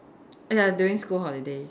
ya it's during school holiday